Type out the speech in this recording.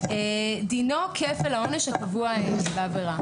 דינו כפל העונש הקבוע בעבירה".